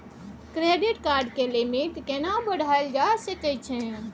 Credit card के limit केना बढायल जा सकै छै?